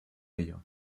ello